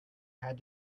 had